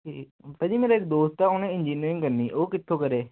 ਠੀਕ ਹੈ ਭਾਅ ਜੀ ਮੇਰਾ ਇੱਕ ਦੋਸਤ ਹੈ ਉਹਨੇ ਇੰਜੀਨਰਿੰਗ ਕਰਨੀ ਉਹ ਕਿੱਥੋਂ ਕਰੇ